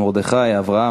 מרדכי, אברהם.